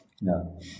No